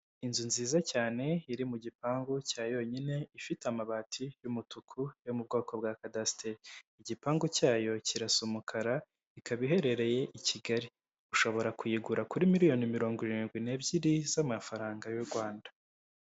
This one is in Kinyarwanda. Inzu nziza cyane iri mu gipangu cya yonyine, ifite amabati y'umutuku yo mu bwoko bwa kadasiteri, igipangu cyayo kirasa umukara, ikaba iherereye i Kigali, ushobora kuyigura kuri miliyoni mirongo irindwi n'ebyiri z'amafaranga y'u Rwanda.